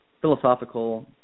philosophical